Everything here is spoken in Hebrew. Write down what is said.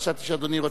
חשבתי שאדוני רוצה,